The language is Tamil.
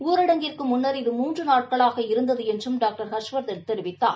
ஊரடங்கிற்குமுன்னர் இது மூன்றுநாட்களாக இருந்ததுஎன்றும் டாக்டர் ஹர்ஷவர்தன் தெரிவித்தார்